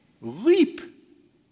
leap